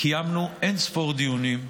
שקיימנו אין-ספור דיונים,